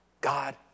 God